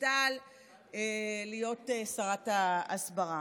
דיסטל להיות שרת ההסברה,